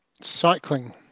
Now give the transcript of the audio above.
Cycling